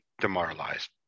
demoralized